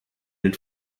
den